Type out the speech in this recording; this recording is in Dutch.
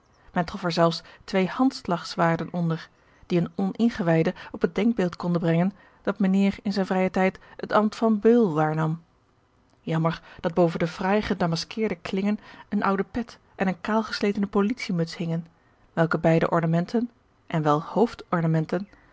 men trof er zelfs twee handgeorge een ongeluksvogel slagzwaarden onder die een oningewijde op het denkbeeld konden brengen dat mijnheer in zijn vrijen tijd het ambt van beul waarnam jammer dat boven de fraai gedamasceerde klingen een oude pet en eene kaalgesletene politiemuts hingen welke beide ornamenten en wel